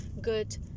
good